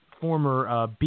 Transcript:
former